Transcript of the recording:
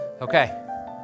okay